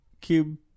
Cube